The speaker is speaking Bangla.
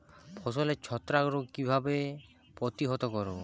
ফসলের ছত্রাক রোগ কিভাবে প্রতিহত করব?